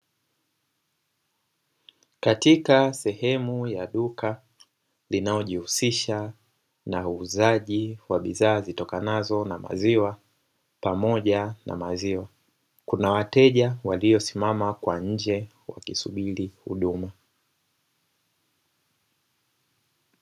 Katika sehemu ya duka linalojihusisha na uzaji kwa bidhaa zitokanazo na maziwa pamoja na maziwa. Kuna wateja waliosimama kwa nje kukisubiri huduma.